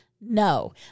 No